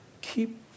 keep